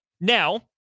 Now